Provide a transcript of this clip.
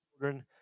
children